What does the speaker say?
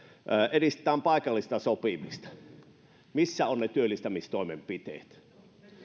edistetään paikallista sopimista missä ovat ne työllistämistoimenpiteet